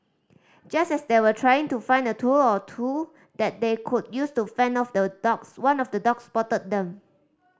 just as they were trying to find a tool or two that they could use to fend off the dogs one of the dogs spotted them